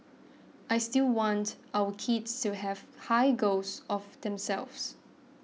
I still want our kids to have high goals of themselves